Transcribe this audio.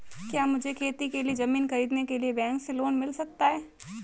क्या मुझे खेती के लिए ज़मीन खरीदने के लिए बैंक से लोन मिल सकता है?